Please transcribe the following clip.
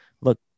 look